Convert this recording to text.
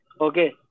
Okay